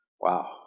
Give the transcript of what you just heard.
Wow